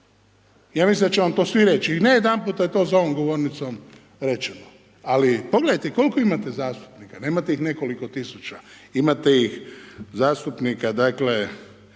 Ja mislim da će vam to svi reć i ne jedanputa to je za ovom govornicom rečeno ali pogledajte koliko imate zastupnika, nemate ih nekoliko tisuća, imate ih zastupnika dakle